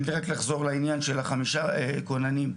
אני רק אחזור לעניין של החמישה כוננים.